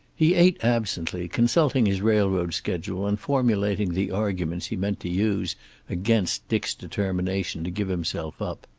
he ate absently, consulting his railroad schedule and formulating the arguments he meant to use against dick's determination to give himself up.